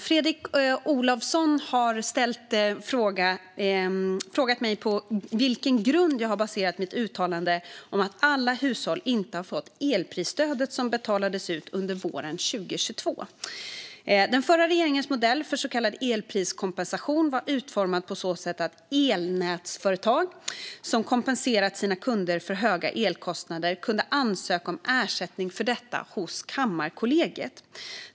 Fru talman! har frågat mig på vilken grund jag har baserat mitt uttalande om att alla hushåll inte har fått elprisstödet som betalades ut under våren 2022. Den förra regeringens modell för så kallad elpriskompensation var utformad på så sätt att elnätsföretag som kompenserat sina kunder för höga elkostnader kunde ansöka om ersättning för detta hos Kammarkollegiet.